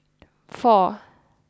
four